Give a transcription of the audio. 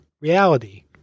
reality